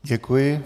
Děkuji.